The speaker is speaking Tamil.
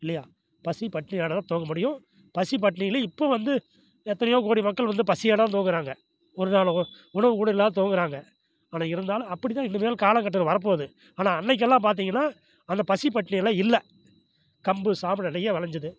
இல்லையா பசி பட்டினி ஓட தான் தூங்க முடியும் பசி பட்டினில இப்போ வந்து எத்தனையோ கோடி மக்கள் வந்து பசியாக தான் தூங்குறாங்க ஒரு வேளை உ உணவு கூட இல்லாத தூங்குறாங்கள் ஆனால் இருந்தாலும் அப்படி தான் இனிமேல் காலகட்டங்கள் வரப்போது ஆனால் அன்னைக்கு எல்லாம் பார்த்திங்கனா அந்த பசி பட்டினி எல்லாம் இல்லை கம்பு சாமை நிறையா விளஞ்சது